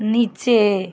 নিচে